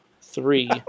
three